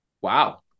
Wow